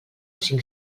cinc